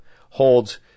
holds